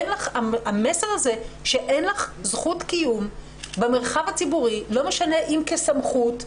המסר הזה שאין לך זכות קיום במרחב הציבורי לא משנה אם כסמכות,